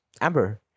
Amber